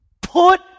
Put